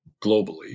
globally